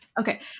Okay